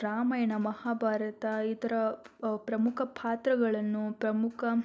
ರಾಮಾಯಣ ಮಹಾಭಾರತ ಈ ಥರ ಪ್ರಮುಖ ಪಾತ್ರಗಳನ್ನು ಪ್ರಮುಖ